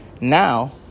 now